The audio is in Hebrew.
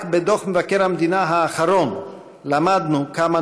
רק בדוח מבקר המדינה האחרון למדנו כמה